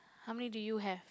how many do you have